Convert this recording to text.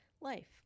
life